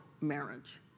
marriage